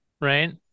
right